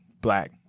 black